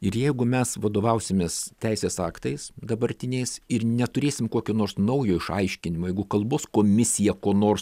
ir jeigu mes vadovausimės teisės aktais dabartiniais ir neturėsim kokio nors naujo išaiškinimo jeigu kalbos komisija ko nors